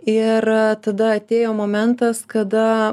ir tada atėjo momentas kada